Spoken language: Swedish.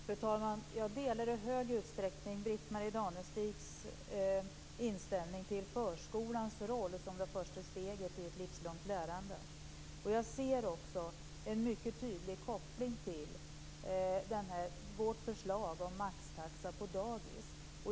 Fru talman! Jag delar i stor utsträckning Britt Marie Danestigs inställning till förskolans roll som det första steget i ett livslångt lärande. Jag ser också en mycket tydlig koppling till vårt förslag om maxtaxa på dagis.